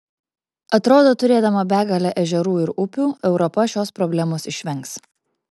atrodo turėdama begalę ežerų ir upių europa šios problemos išvengs